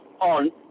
on